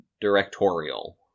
directorial